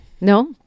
No